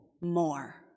more